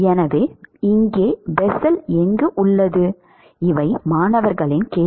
மாணவர் எனவே பெசல் எங்கே